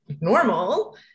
normal